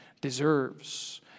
deserves